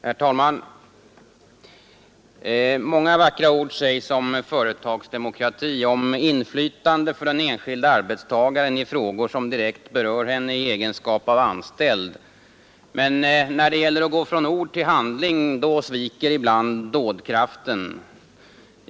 Herr talman! Många vackra ord sägs om företagsdemokrati, om inflytande för den enskilde arbetstagaren i frågor som direkt berör denne i egenskap av anställd. Men när det gäller att gå från ord till handling sviker ibland dådkraften.